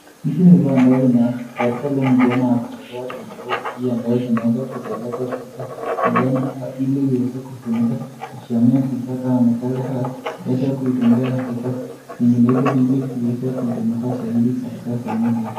Hivi ni vioo katika ile hali ya mchuano katika nyumbani ili iweze kuchomea kama miti imeweza kutumika katika sehemu hiyo.